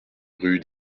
rue